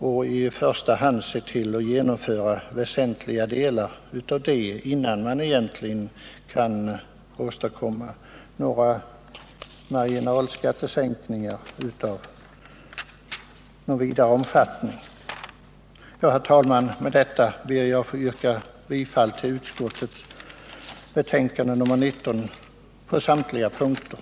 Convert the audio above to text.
Man måste, innan man kan åstadkomma marginalskattesänkningar i någon större omfattning, först försöka genomföra väsentliga delar av dessa förslag. Herr talman! Med det anförda ber jag att få yrka bifall till skatteutskottets hemställan på samtliga punkter i dess betänkande nr 19.